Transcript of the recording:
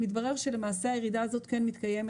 מתברר שלמעשה הירידה הזאת כן מתקיימת.